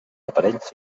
aparells